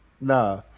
nah